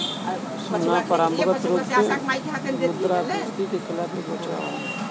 सोना परंपरागत रूप से मुद्रास्फीति के खिलाफ एक बचाव है